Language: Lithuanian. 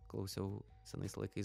klausiau senais laikais